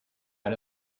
out